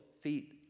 feet